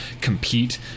compete